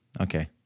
Okay